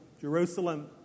Jerusalem